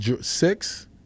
Six